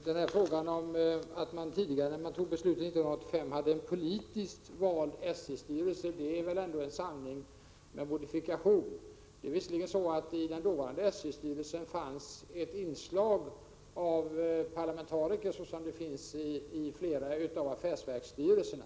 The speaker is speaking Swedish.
Herr talman! Uttalandet om att man tidigare, dvs. år 1985 då beslut fattades, hade en politiskt vald SJ-styrelse är väl ändå en sanning med modifikation. Visserligen fanns det i dåvarande SJ-styrelsen ett parlamentariskt inslag — precis som i flera av affärsverksstyrelserna.